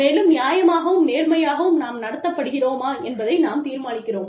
மேலும் நியாயமாகவும் நேர்மையாகவும் நாம் நடத்தப்படுகிறோமா என்பதை நாம் தீர்மானிக்கிறோம்